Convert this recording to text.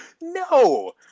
No